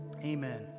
Amen